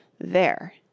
There